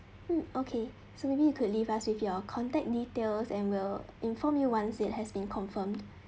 mm okay so maybe you could leave us with your contact details and will inform you once it has been confirmed